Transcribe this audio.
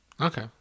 Okay